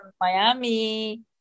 Miami